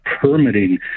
permitting